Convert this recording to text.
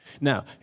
Now